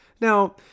Now